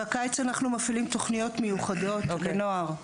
בקיץ אנחנו מפעילים תוכניות מיוחדות לנוער,